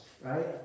right